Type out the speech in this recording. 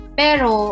pero